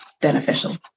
beneficial